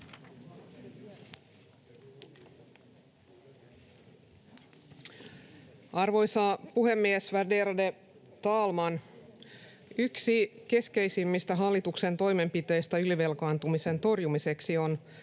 Arvoisa puhemies, värderade talman! Yksi keskeisimmistä hallituksen toimenpiteistä ylivelkaantumisen torjumiseksi on